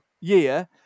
year